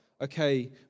Okay